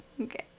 Okay